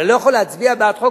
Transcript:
אבל אני לא יכול להצביע בעד חוק,